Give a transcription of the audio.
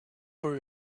voor